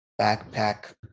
Backpack